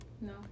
No